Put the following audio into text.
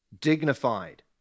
dignified